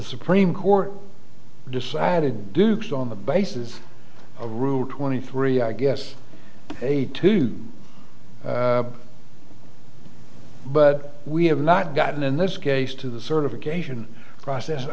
the supreme court decided duke's on the basis of rule twenty three i guess eight to you but we have not gotten in this case to the certification process